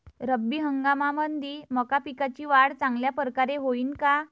रब्बी हंगामामंदी मका पिकाची वाढ चांगल्या परकारे होईन का?